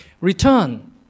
Return